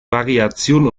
variation